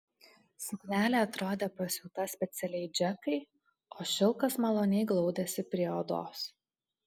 suknelė atrodė pasiūta specialiai džekai o šilkas maloniai glaudėsi prie odos